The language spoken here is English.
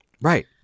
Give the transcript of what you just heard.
Right